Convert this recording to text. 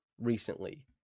recently